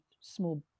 small